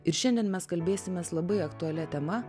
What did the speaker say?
ir šiandien mes kalbėsimės labai aktualia tema